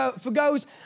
forgoes